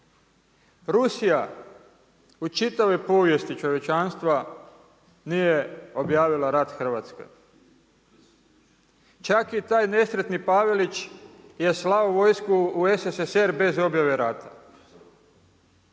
Rusija u čitavoj povijesti čovječanstva nije objavila rat Hrvatskoj, čak i taj nesretni Pavelić je slao vojsku u SSSR bez objave rata.